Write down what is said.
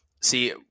see